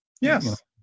Yes